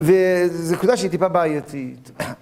וזו נקודה שהיא טיפה בעייתית.